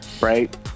right